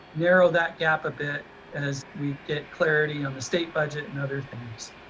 narrow that gap a bit as we get clarity on the state budget and other things.